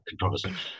controversy